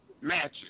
matches